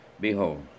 Behold